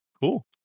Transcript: Cool